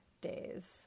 days